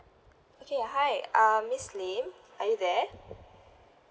okay hi uh miss lim are you there